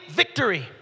victory